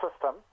system